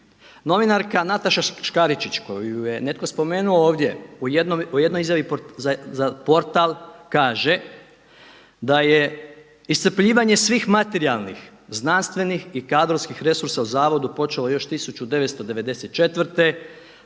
Novinarka Nataša Škaričić koju je netko spomenuo ovdje u jednoj izjavi za portal kaže da je iscrpljivanje svih materijalnih, znanstvenih i kadrovskih resursa u zavodu počelo još 1994.